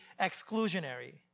exclusionary